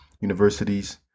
universities